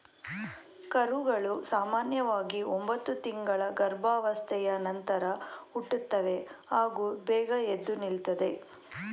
ಕರುಗಳು ಸಾಮನ್ಯವಾಗಿ ಒಂಬತ್ತು ತಿಂಗಳ ಗರ್ಭಾವಸ್ಥೆಯ ನಂತರ ಹುಟ್ಟುತ್ತವೆ ಹಾಗೂ ಬೇಗ ಎದ್ದು ನಿಲ್ತದೆ